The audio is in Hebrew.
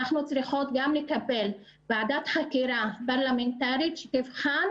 אנחנו צריכות לטפל בהקמת ועדת חקירה פרלמנטרית שתבחן